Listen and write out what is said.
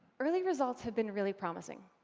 early results have been really promising.